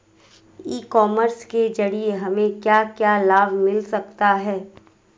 ई commerce के ज़रिए हमें क्या क्या लाभ मिल सकता है?